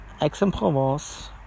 Aix-en-Provence